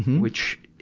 which,